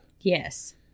Yes